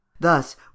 Thus